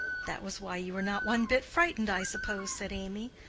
that was why you were not one bit frightened, i suppose, said amy.